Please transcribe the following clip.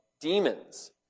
demons